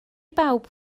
bawb